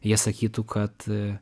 jie sakytų kad